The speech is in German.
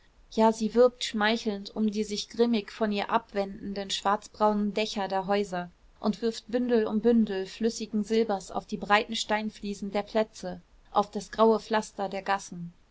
ja sie wirbt schmeichelnd um die sich grimmig von ihr abwendenden schwarzbraunen dächer der häuser und wirft bündel um bündel flüssigen silbers auf die breiten steinfliesen der plätze auf das graue pflaster der gassen